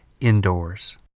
indoors